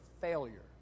failure